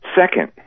Second